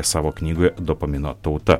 savo knygoje dopamino tauta